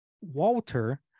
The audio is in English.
walter